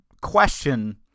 question